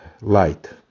Light